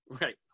Right